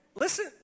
listen